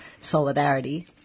solidarity